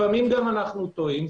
לפעמים גם אנחנו טועים,